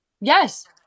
Yes